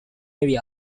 area